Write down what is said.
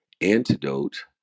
antidote